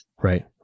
Right